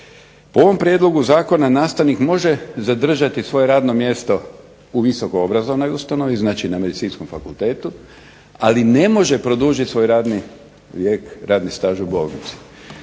Po ovom Prijedlogu zakona nastavnik može zadržati svoje mjesto u visokoobrazovnoj ustanovi na Medicinskom fakultetu ali ne može produžiti svoje radni staž u bolnici.